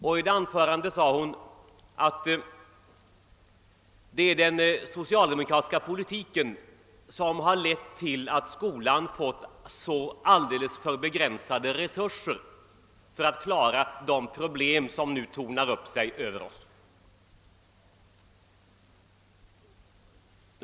I sitt anförande sade hon, att det är den socialdemokratiska politiken som har lett till att skolan fått alldeles för begränsade resurser för att kunna klara de problem som nu tornar upp sig över oss.